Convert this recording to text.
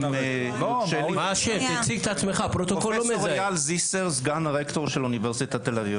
אני אייל זיסר, סגן הרקטור של אונ' תל אביב.